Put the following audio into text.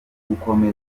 gukomeza